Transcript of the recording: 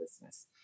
business